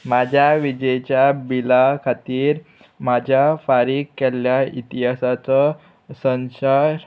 म्हाज्या विजेच्या बिला खातीर म्हाज्या फारीक केल्ल्या इतिहासाचो संशार